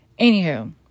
Anywho